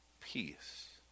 peace